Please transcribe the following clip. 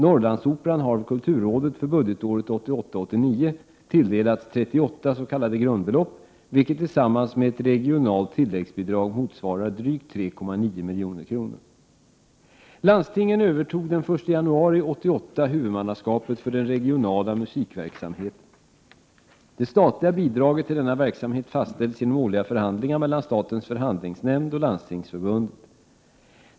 Norrlandsoperan har av kulturrådet för budgetåret 1988/89 tilldelats 38 s.k. grundbelopp, vilket tillsammans med ett regionalt tilläggsbidrag motsvarar drygt 3,9 milj.kr. Landstingen övertog den 1 januari 1988 huvudmannaskapet för den regionala musikverksamheten. Det statliga bidraget till denna verksamhet fastställs genom årliga förhandlingar mellan statens förhandlingsnämnd och Landstingsförbundet.